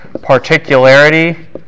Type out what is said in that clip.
particularity